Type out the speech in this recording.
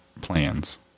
plans